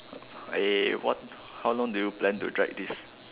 eh what how long do you plan to drag this